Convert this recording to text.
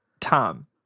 Tom